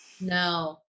no